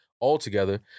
altogether